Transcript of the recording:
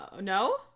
No